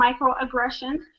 microaggressions